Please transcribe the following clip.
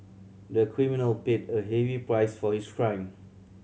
the criminal paid a heavy price for his crime